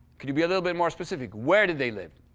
could you be a little bit more specific? where did they live?